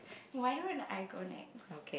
why don't I go next